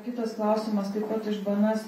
kitas klausimas taip pat iš bns